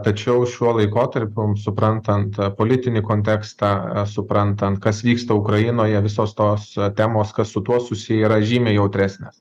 tačiau šiuo laikotarpium suprantant politinį kontekstą suprantant kas vyksta ukrainoje visos tos temos kas su tuo susiję yra žymiai jautresnės